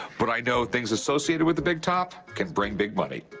but i know things associated with the big top can bring big money.